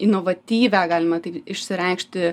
inovatyvią galima taip išsireikšti